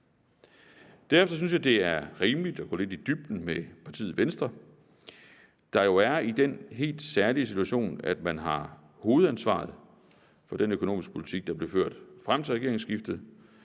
Derefter synes jeg, det er rimeligt at gå lidt i dybden med partiet Venstre, der jo er i den helt særlige situation, at man har hovedansvaret for den økonomiske politik, der blev ført frem til regeringsskiftet,